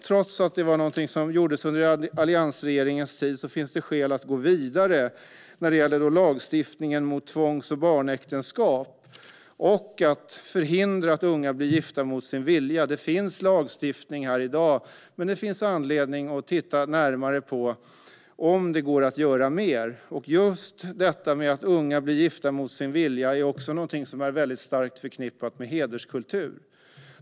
Trots att det var något som gjordes redan under alliansregeringens tid finns skäl att gå vidare när det gäller lagstiftningen mot tvångs och barnäktenskap, det vill säga att förhindra att unga gifts bort mot sin vilja. Det finns lagstiftning i dag, men det finns anledning att titta närmare på om det går att göra mer. Just att unga gifts bort mot sin vilja är också starkt förknippat med hederskultur.